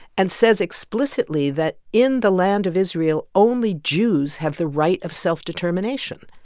and says explicitly that, in the land of israel, only jews have the right of self-determination.